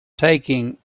taking